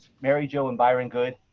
mary-jo and byron good,